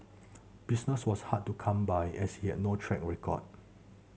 business was hard to come by as he had no track record